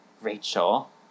Rachel